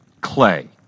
Clay